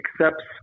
accepts –